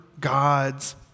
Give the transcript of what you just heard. God's